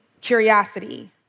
curiosity